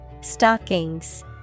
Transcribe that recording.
Stockings